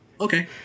okay